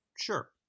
sure